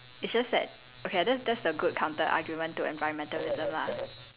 it's just that okay ah that's that's the good counter argument to environmentalism lah